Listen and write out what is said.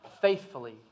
faithfully